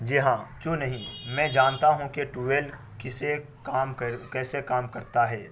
جی ہاں کیوں نہیں میں جانتا ہوں کہ ٹویل کیسے کام کر کیسے کام کرتا ہے